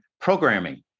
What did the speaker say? programming